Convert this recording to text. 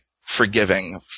forgiving